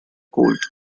cold